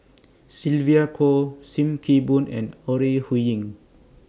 Sylvia Kho SIM Kee Boon and Ore Huiying